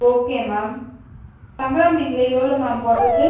okay ma'am சங்கரா மீனில் எவ்வளோ மேம் போடுறது